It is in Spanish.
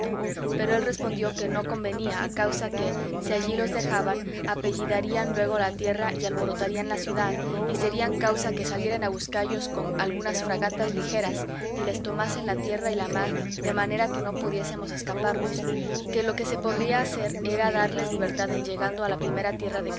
pero él respondió que no convenía a causa que si allí los dejaban apellidarían luego la tierra y alborotarían la ciudad y serían causa que saliesen a buscallos con algunas fragatas ligeras y les tomasen la tierra y la mar de manera que no pudiésemos escaparnos que lo que se podría hacer era darles libertad en llegando a la primera tierra de